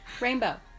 rainbow